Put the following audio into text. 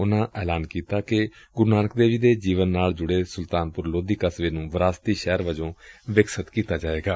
ਉਨੂਾ ਐਲਾਨ ਕੀਤਾ ਕਿ ਗੁਰੂ ਨਾਨਕ ਦੇਵ ਜੀ ਦੇ ਜੀਵਨ ਨਾਲ ਜੁੜੇ ਸੁਲਤਾਨਪੁਰ ਲੋਧੀ ਕਸਬੇ ਨੂੰ ਵਿਰਾਸਤੀ ਸ਼ਹਿਰ ਵਜੋਂ ਵਿਕਸਤ ਕੀਤਾ ਜਾਏਗਾ